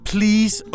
Please